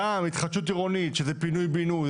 גם התחדשות עירונית שזה פינוי בינוי,